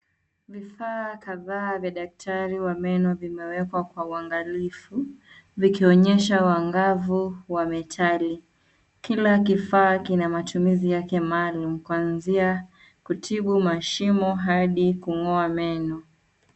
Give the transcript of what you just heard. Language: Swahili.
Vifaa kadhaa vya daktari wa meno vimewekwa kwa uangalifu vikionyesha uangavu wa metal .Kila kifaa kina matumizi yake maalum kuanzia kutibu mashimo hadi kung'oa meno.